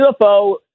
UFO